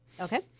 Okay